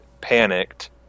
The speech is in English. panicked